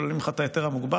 שוללים לך את ההיתר המוגבל,